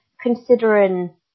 considering